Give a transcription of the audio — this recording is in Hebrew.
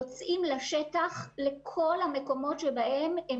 הניידות יוצאות לכל המקומות שבהם הן